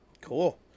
cool